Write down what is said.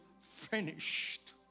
finished